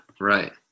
right